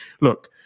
look